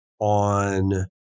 on